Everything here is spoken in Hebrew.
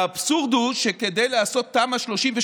האבסורד הוא שכדי לעשות תמ"א 38,